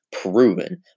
proven